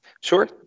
Sure